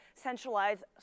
centralized